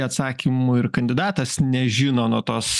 atsakymų ir kandidatas nežino nuo tos